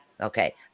okay